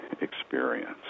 experience